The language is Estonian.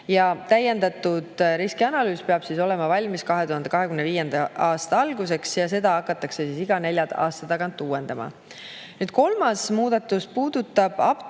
Täiendatud riskianalüüs peab olema valmis 2025. aasta alguseks ja seda hakatakse iga nelja aasta tagant uuendama. Kolmas muudatus puudutab apteekide